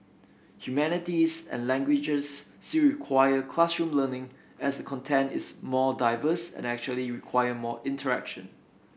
humanities and languages still require classroom learning as the content is more diverse and usually require more interaction